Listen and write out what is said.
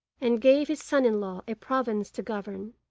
and gave his son-in-law a province to govern.